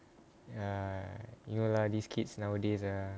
ya you know lah these kids nowadays ah